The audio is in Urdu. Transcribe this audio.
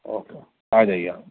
اوکے آ جائیے آپ